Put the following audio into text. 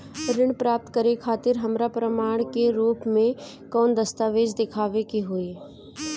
ऋण प्राप्त करे खातिर हमरा प्रमाण के रूप में कौन दस्तावेज़ दिखावे के होई?